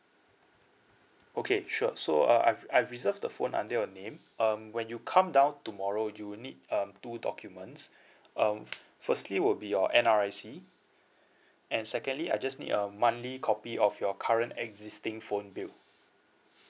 okay sure so uh I've I've reserved the phone under your name um when you come down tomorrow you need um two documents um firstly will be your N_R_I_C and secondly I just need your monthly copy of your current existing phone bill